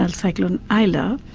and cyclone aila,